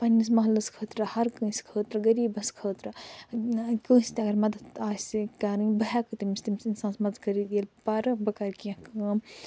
پنٕنِس محلس خٲطرٕ ہر کٲنٛسہِ خٲطرٕغریٖبس خٲطرٕ کٲنٛسہِ تہِ اگر مدتھ آسہِ کَرٕنۍ بہٕ ہٮ۪کہٕ تمٔۍ تٔمِس انسانس مدتھ کٔرِتھ ییٚلہِ پرٕ بہٕ کٔرٕ کیٚنٛہہ کٲم